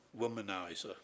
womanizer